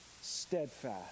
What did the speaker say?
steadfast